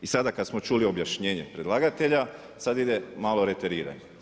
I sada kad smo čuli objašnjenje predlagatelja sad ide malo reteriranje.